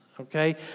okay